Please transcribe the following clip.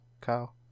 Kyle